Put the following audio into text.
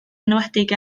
enwedig